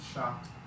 Shocked